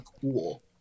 cool